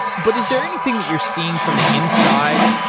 but is there anything that you're seeing from the inside,